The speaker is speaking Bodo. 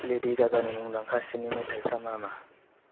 लेडि गागानि मुंदांखासिन मेथाईफ्रा मा मा